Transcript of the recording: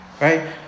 right